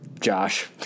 Josh